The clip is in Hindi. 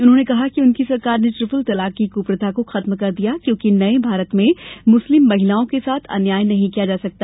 उन्होंने कहा उनकी सरकार ने ट्रिपल तालक की कृप्रथा को खत्म कर दिया क्योंकि नये भारत में मुस्लिम महिलाओं के साथ अन्याय नहीं किया जा सकता